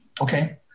Okay